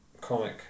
comic